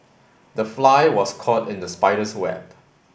the fly was caught in the spider's web